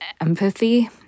empathy